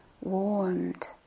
warmed